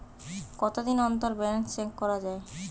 কতদিন অন্তর balance check করা য়ায়?